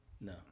No